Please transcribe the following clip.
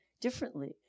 differently